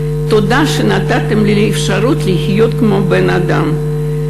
תודה שנתתם לי אפשרות לחיות כמו בן-אדם.